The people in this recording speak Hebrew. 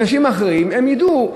אנשים אחרים ידעו,